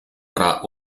tra